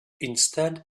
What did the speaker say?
instead